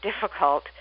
difficult